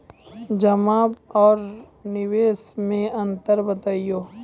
जमा आर निवेश मे अन्तर बताऊ?